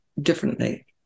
differently